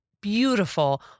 beautiful